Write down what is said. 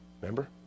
Remember